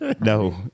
No